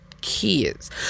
kids